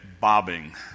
bobbing